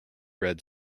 red